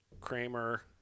Kramer